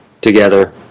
together